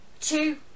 two